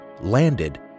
landed